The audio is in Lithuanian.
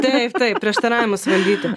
taip taip prieštaravimus valdyti